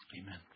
amen